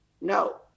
No